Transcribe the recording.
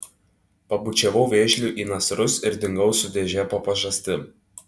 pabučiavau vėžliui į nasrus ir dingau su dėže po pažastim